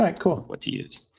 like what to use.